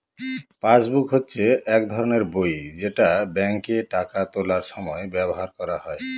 passbook হচ্ছে এক ধরনের বই যেটা ব্যাঙ্কে টাকা তোলার সময় ব্যবহার করা হয়